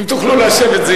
אם תוכלו לשבת.